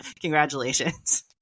congratulations